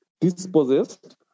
dispossessed